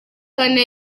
kane